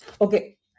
Okay